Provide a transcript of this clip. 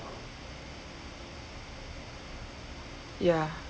ya